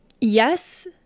yes